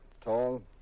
tall